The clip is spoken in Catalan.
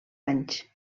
anys